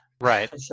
Right